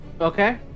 okay